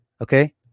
Okay